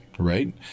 Right